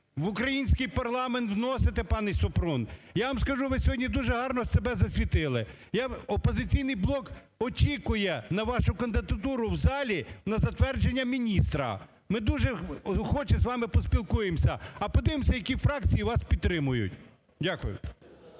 в український парламент вносите, пані Супрун. Я вам скажу, ви сьогодні дуже гарно себе засвітили. "Опозиційний блок" очікує на вашу кандидатуру в залі на затвердження міністра. Ми дуже охоче з вами поспілкуємося. А подивимося, які фракції вас підтримують. Дякую.